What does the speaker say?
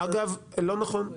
לא נכון,